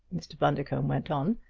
mr. bundercombe went on,